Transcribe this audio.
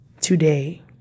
today